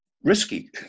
risky